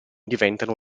diventano